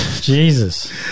Jesus